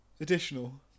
additional